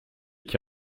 qui